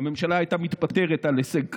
הממשלה הייתה מתפטרת על הישג זה.